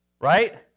right